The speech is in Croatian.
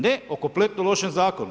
Ne o kompletno lošem zakonu.